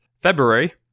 February